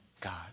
God